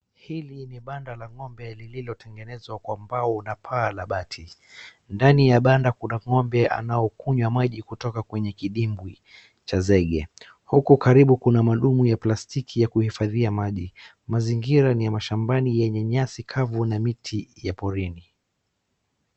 Hili ni banda la ng'ombe lililotengenezwa kwa bao na paa la abati. Ndani ya banda kuna ng'ombe naoa kunywa maji kutoka kwenye kidimbwi cha zege. Huku karibu kuna madumu ya plastiki ya kuhifadhia maji. Mazingira ni ya mashambani yenye nyasi kavu na miti ya porini.